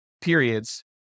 periods